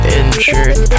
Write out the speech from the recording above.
injured